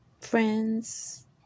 friends